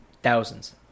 Thousands